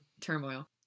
turmoil